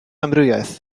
amrywiaeth